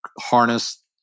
harness